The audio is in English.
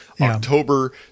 october